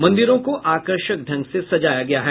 मंदिरों को आकर्षक ढंग से सजाया गया है